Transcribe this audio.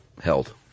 held